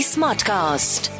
Smartcast